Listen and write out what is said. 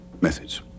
methods